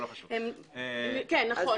נכון.